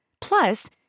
Plus